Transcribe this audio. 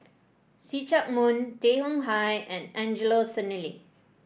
See Chak Mun Tay Chong Hai and Angelo Sanelli